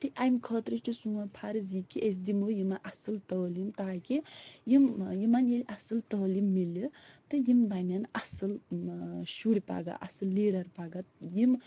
تہِ اَمہِ خٲطرٕ چھُ سون فرض یہِ کہِ أسۍ دِمو یِمن اَصٕل تٲلیٖم تاکہِ یِم یِمن ییٚلہِ اَصٕل تٲلیٖم مِلہِ تہٕ یِم بَنن اَصٕل شُرۍ پَگاہ اَصِل لیٖڈر پگاہ یِم